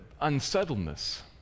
unsettledness